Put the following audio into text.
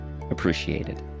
appreciated